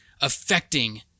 affecting